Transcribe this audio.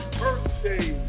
birthday